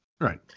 Right